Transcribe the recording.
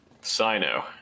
sino